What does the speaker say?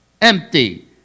Empty